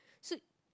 so